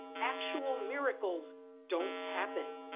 actual miracles don't happen.